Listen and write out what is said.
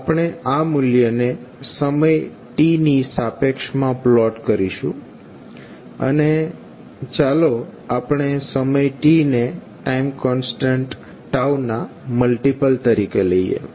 આપણે આ મૂલ્ય ને સમય t ની સાપેક્ષ માં પ્લોટ કરીશું અને ચાલો આપણે સમય t ને ટાઈમ કોન્સ્ટન્ટ ના મલ્ટીપલ તરીકે લઈએ